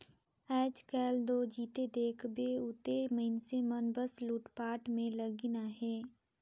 आएज काएल दो जिते देखबे उते मइनसे मन बस लूटपाट में लगिन अहे